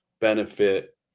benefit